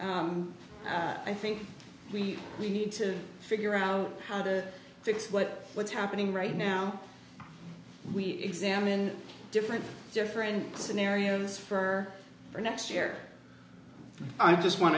i think we need to figure out how to fix what what's happening right now we examine different different scenarios for the next year i just want